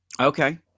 okay